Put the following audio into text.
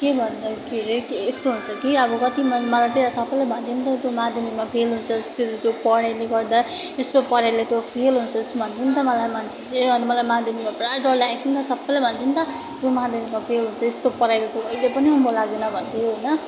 के भन्दाखेरि नि यस्तो हुन्छ कि अब कति मलाई चाहिँ यहाँ सबैले भन्थ्यो नि त कि त्यो माध्यमिकमा फेल हुन्छस् तँ तँ पढाइले गर्दा यस्तो पढाइले तँ फेल हुन्छस् भन्थ्यो नि त मलाई मान्छेहरूले अन्त मलाई माध्यमिकमा पुरा डर लागेको थियो नि त सबैले भन्थ्यो नि त तँ माध्यमिकमा फेल हुन्छस् यस्तो पढाइले तँ कहिले पनि उँभो लाग्दैन भन्थ्यो होइन